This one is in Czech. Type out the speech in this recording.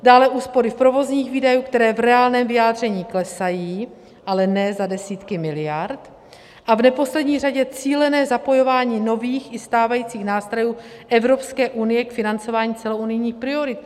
Dále úspory provozních výdajů, které v reálném vyjádření klesají, ale za desítky miliard, a v neposlední řadě cílené zapojování nových i stávajících nástrojů Evropské unie k financování celounijních priorit.